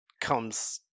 comes